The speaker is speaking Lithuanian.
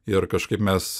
ir kažkaip mes